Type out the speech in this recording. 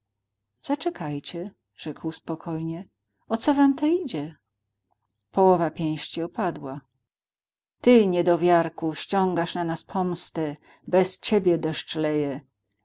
przerazić zaczkajcie rzekł spokojnie o co wam to idzie połowa pięści opadła ty niedowiarku ściągasz na nas pomstę bez ciebie deszcz leje